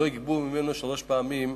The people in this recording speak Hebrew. ולא יגבו ממנו שלוש פעמים,